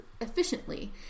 efficiently